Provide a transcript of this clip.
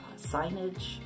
signage